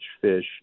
fish